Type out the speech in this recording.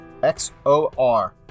XOR